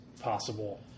possible